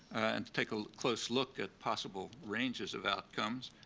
and to take a close look at possible ranges of outcomes.